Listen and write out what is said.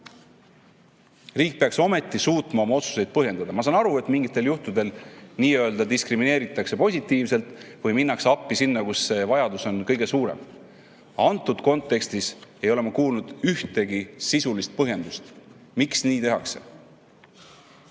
Riik peaks ometi suutma oma otsuseid põhjendada. Ma saan aru, et mingitel juhtudel nii-öelda diskrimineeritakse positiivselt või minnakse appi sinna, kus vajadus on kõige suurem. Aga antud kontekstis ei ole ma kuulnud ühtegi sisulist põhjendust, miks nii tehakse.